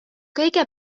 kõige